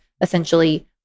essentially